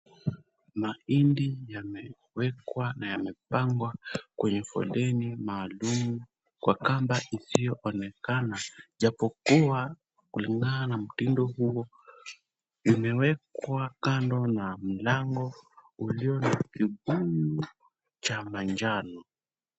Mahindi yamewekwa na yamepangwa kwenye foleni maalum kwa kamba isiyoonekana japo kuwa kulingana na mtindo huo imewekwa kando na mlango ulio na kibuyu cha manjano.